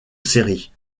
série